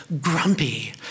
grumpy